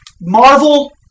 Marvel